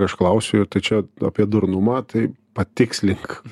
aš klausiu tai čia apie durnumą tai patikslink